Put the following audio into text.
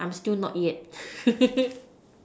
I'm still not yet